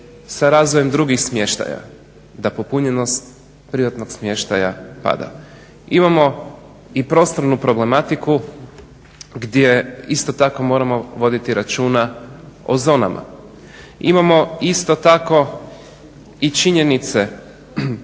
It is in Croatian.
sa razvojem drugih smještaja da popunjenost privatnog smještaja pada. Imamo i prostornu problematiku gdje isto tako moramo voditi računa o zonama. Imamo isto tako i činjenice